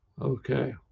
okay